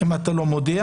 אם אתה לא מודיע,